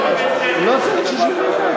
אין רוב לקואליציה.